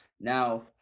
now